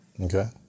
Okay